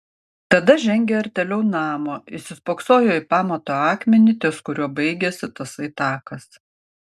tada žengė artėliau namo įsispoksojo į pamato akmenį ties kuriuo baigėsi tasai takas